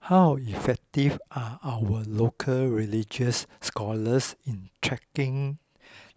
how effective are our local religious scholars in tracking